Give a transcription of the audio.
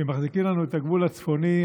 ומחזיקים לנו את הגבול הצפוני,